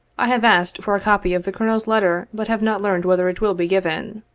i have asked for a copy of the colonel's letter, but have not learned whether it will be given.